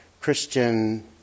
Christian